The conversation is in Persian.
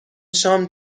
شام